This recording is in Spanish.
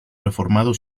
reformado